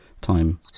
time